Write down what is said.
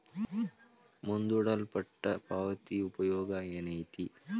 ಮುಂದೂಡಲ್ಪಟ್ಟ ಪಾವತಿಯ ಉಪಯೋಗ ಏನೈತಿ